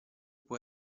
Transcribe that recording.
può